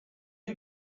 you